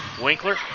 Winkler